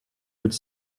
could